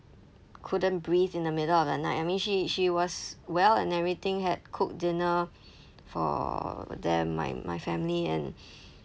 couldn't breathe in the middle of the night I mean she she was well and everything had cooked dinner for them my my family and